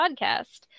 podcast